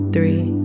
Three